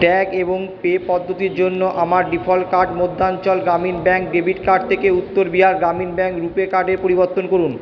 tag এবং pay পদ্ধতির জন্য আমার default card Madhyanchal Gramin bank debit card থেকে উত্তর বিহার গ্রামীণ ব্যাংক রুপে কার্ডে পরিবর্তন করুন